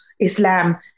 Islam